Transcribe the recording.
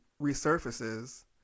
resurfaces